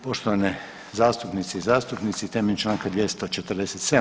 Poštovane zastupnice i zastupnici, temeljem čl. 247.